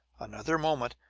another moment,